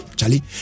Charlie